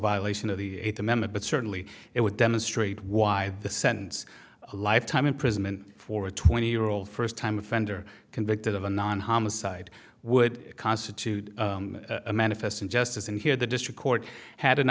violation of the eighth amendment but certainly it would demonstrate why the sentence lifetime imprisonment for a twenty year old first time offender convicted of a non homicide would constitute a manifest injustice in here the district court had an